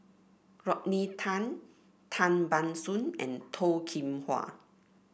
Rodney Tan Tan Ban Soon and Toh Kim Hwa